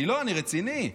אני רציני.